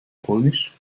polnisch